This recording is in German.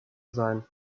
sein